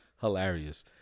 hilarious